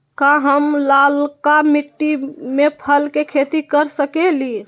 का हम लालका मिट्टी में फल के खेती कर सकेली?